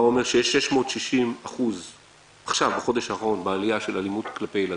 בה הוא אומר שיש בחודש האחרון עלייה של 660% באלימות כלפי ילדים,